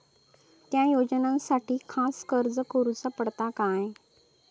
त्या योजनासाठी खास अर्ज करूचो पडता काय?